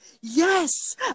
yes